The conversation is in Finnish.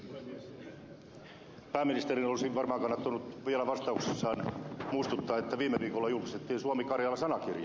pääministerin olisi varmaan kannattanut vielä vastauksessaan muistuttaa että viime viikolla julkistettiin suomikarjala sanakirja